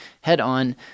head-on